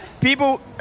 People